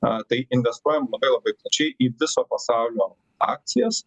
a tai investuojam labai labai plačiai į viso pasaulio akcijas